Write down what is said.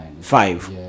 Five